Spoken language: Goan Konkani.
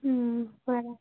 बरें